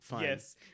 Yes